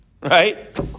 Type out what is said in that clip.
Right